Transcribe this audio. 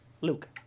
Luke